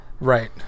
right